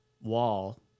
wall